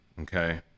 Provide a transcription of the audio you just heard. okay